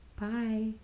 Bye